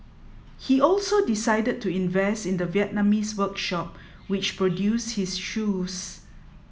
he also decided to invest in the Vietnamese workshop which produced his shoes